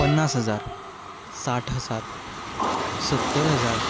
पन्नास हजार साठ हजार सत्तर हजार